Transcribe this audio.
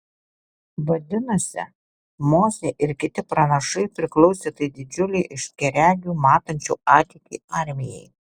vadinasi mozė ir kiti pranašai priklausė tai didžiulei aiškiaregių matančių ateitį armijai